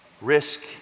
risk